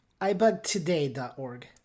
iBugtoday.org